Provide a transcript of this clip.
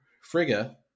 Frigga